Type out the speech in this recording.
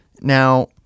Now